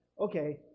okay